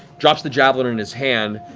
drops the javelin in his hand,